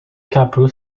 couple